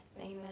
Amen